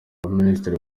baminisitiri